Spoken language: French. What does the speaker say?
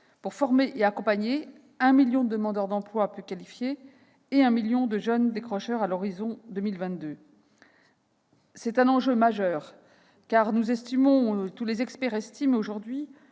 de former et d'accompagner un million de demandeurs d'emploi peu qualifiés et un million de jeunes décrocheurs à l'horizon de 2022. C'est un enjeu majeur : tous les experts, aujourd'hui,